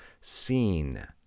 seen